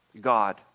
God